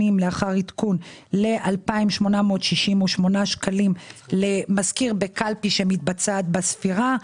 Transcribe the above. לאחר עדכון ל-2,868 שקלים למזכיר בקלפי שמתבצעת בה ספירה.